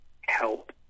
help